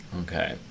okay